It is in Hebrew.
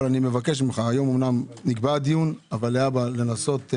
אמנם היום נקבע הדיון אבל אני מבקש ממך